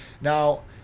Now